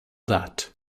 that